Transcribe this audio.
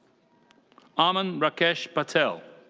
aman rakesh patel.